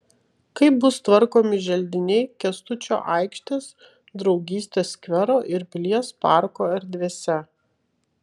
kaip bus tvarkomi želdiniai kęstučio aikštės draugystės skvero ir pilies parko erdvėse